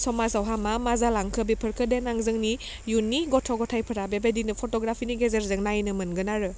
समाजावहा मा मा जालांखो बेफोरखौ देनां जोंनि इयुननि गथ' ग'थाइफोरा बेबायदिनो फट'ग्राफिनि गेजेरजों नायनो मोनगोन आरो